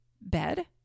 bed